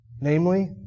Namely